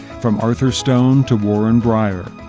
from arthur stone to warren brier,